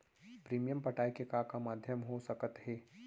Premium पटाय के का का माधयम हो सकत हे?